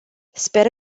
sper